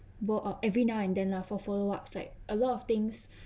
both of every now and then lah for follow ups like a lot of things